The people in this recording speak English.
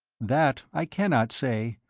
that i cannot say,